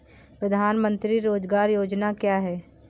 प्रधानमंत्री रोज़गार योजना क्या है?